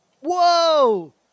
whoa